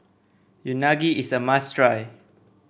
unagi is a must try